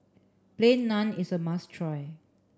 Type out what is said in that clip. plain naan is a must try